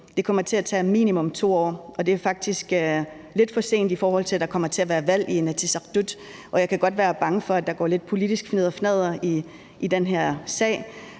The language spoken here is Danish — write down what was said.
det kommer til at tage minimum 2 år, og at det faktisk er lidt for sent, i forhold til at der kommer til at være valg i Inatsisartut, og jeg kan godt være bange for, at der går lidt politisk fnidderfnadder i den her sag.